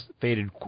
faded